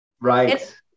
Right